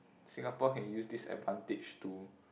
Singapore can use this advantage to